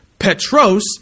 petros